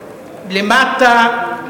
למטה,